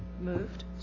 Moved